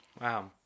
Wow